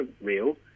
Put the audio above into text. real